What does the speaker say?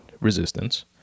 resistance